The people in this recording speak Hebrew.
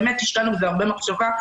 הקדשנו בזה הרבה מחשבה.